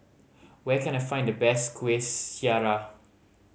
where can I find the best Kueh Syara